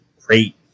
great